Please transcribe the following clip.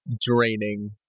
draining